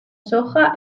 soja